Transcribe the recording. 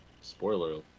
Spoiler